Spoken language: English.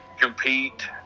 compete